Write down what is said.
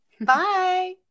Bye